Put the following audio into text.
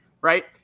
right